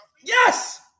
Yes